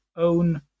Own